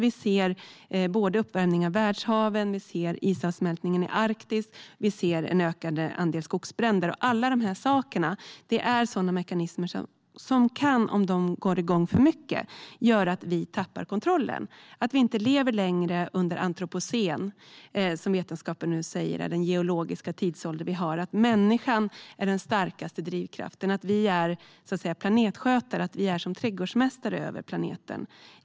Vi ser uppvärmningen av världshaven, isavsmältningen i Arktis och ett ökat antal skogsbränder. Alla de här sakerna är sådana mekanismer som kan göra att vi tappar kontrollen om de går igång för mycket, så att vi inte längre lever under antropocen, som vetenskapen säger, den geologiska tidsålder vi har där människan är den starkaste drivkraften. Vi är så att säga planetskötare, trädgårdsmästare över planeten.